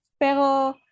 Pero